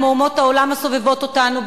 כמו אומות העולם הסובבות אותנו,